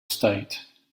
state